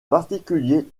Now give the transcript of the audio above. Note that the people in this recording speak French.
particulier